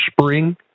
spring